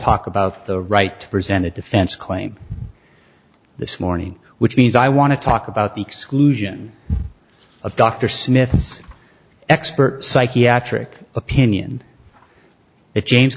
talk about the right presented defense claim this morning which means i want to talk about the exclusion of dr smith's expert psychiatric opinion that james